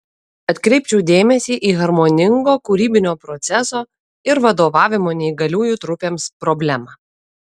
atkreipčiau dėmesį į harmoningo kūrybinio proceso ir vadovavimo neįgaliųjų trupėms problemą